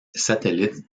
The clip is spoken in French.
satellites